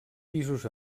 pisos